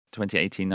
2018